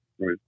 Right